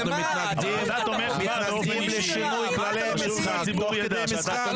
אנחנו מתנגדים לשינוי כללי המשחק תוך כדי משחק.